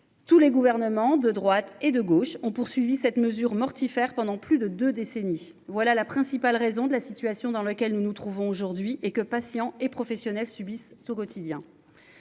Tous les gouvernements de droite et de gauche ont poursuivi cette mesure mortifère pendant plus de 2 décennies. Voilà la principale raison de la situation dans laquelle nous nous trouvons aujourd'hui et que patients et professionnels subissent au quotidien.